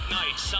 night